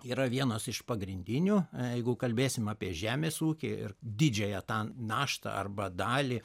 yra vienos iš pagrindinių jeigu kalbėsim apie žemės ūkį ir didžiąją tą naštą arba dalį